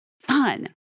fun